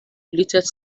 related